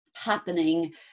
happening